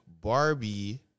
Barbie